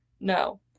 No